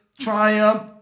triumph